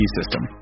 system